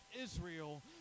Israel